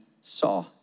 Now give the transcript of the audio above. saw